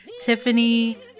Tiffany